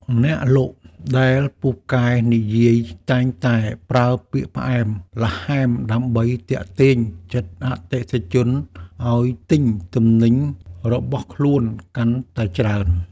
អ្នកលក់ដែលពូកែនិយាយតែងតែប្រើពាក្យផ្អែមល្ហែមដើម្បីទាក់ទាញចិត្តអតិថិជនឱ្យទិញទំនិញរបស់ខ្លួនកាន់តែច្រើន។